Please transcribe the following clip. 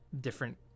different